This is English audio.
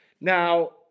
now